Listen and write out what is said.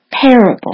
parable